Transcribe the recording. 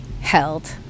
held